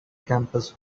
campus